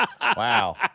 Wow